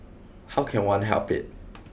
how can one help it